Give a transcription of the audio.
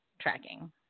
tracking